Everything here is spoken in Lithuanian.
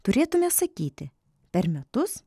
turėtumėme sakyti per metus